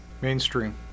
Mainstream